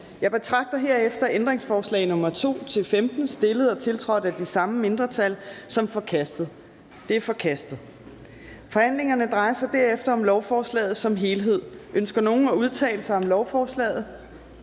Jeg betragter herefter ændringsforslag nr. 2-15, stillet og tiltrådt af de samme mindretal, som forkastet. De er forkastet. Kl. 14:43 Forhandling Fjerde næstformand (Trine Torp): Forhandlingen drejer sig herefter om lovforslaget som helhed. Ønsker nogen at udtale sig om lovforslaget?